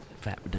Fat